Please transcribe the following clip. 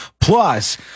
Plus